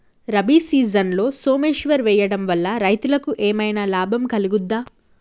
రబీ సీజన్లో సోమేశ్వర్ వేయడం వల్ల రైతులకు ఏమైనా లాభం కలుగుద్ద?